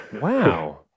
Wow